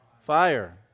fire